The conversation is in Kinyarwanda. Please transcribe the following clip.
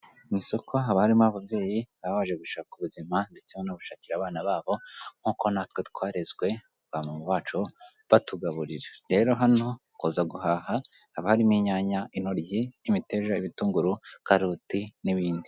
Mu isoko haba harimo ababyeyi baba baje gushaka ubuzima ndetse no gushakira abana babo nk'uko natwe twarezwe ba mama bacu batugaburira, rero hano kuza guhaha haba harimo inyanya, intoryi, nk'imiteja ibitunguru, karoti, n'ibindi.